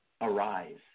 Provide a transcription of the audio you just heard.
Arise